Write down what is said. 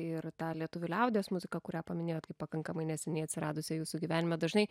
ir tą lietuvių liaudies muziką kurią paminėjot kaip pakankamai neseniai atsiradusią jūsų gyvenime dažnai